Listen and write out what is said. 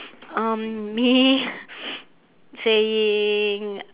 um me saying